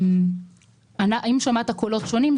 האם שמעת קולות שונים,